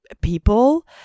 people